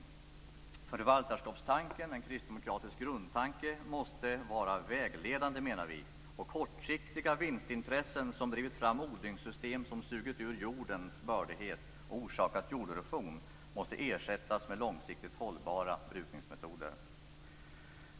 Vi menar att förvaltarskapstanken, en kristdemokratisk grundtanke, måste vara vägledande. Kortsiktiga vinstintressen - som drivit fram odlingssystem som sugit ut bördigheten ur jorden och orsakat jorderosion - måste ersättas med långsiktigt hållbara brukningsmetoder.